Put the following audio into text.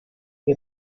que